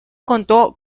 contó